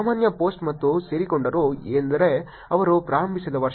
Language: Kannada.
ಸಾಮಾನ್ಯ ಪೋಸ್ಟ್ ಮತ್ತು ಸೇರಿಕೊಂಡರು ಎಂದರೆ ಅವರು ಪ್ರಾರಂಭಿಸಿದ ವರ್ಷ